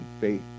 faith